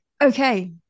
okay